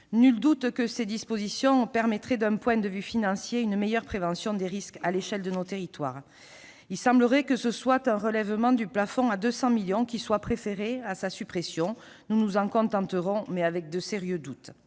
Nul doute que ces dispositions permettraient, d'un point de vue financier, une meilleure prévention des risques à l'échelle de nos territoires. Il semblerait qu'un relèvement du plafond à 200 millions d'euros soit préféré à sa suppression. Nous nous en contenterons, mais avec de sérieux doutes.